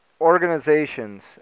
organizations